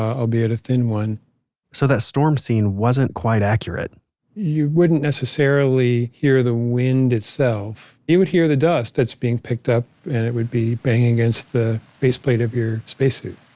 ah albeit a thin one so that storm scene wasn't quite accurate you wouldn't necessarily hear the wind itself, you would hear the dust that's being picked up and it would be banging against the faceplate of your spacesuit